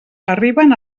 arriben